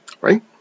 right